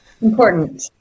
Important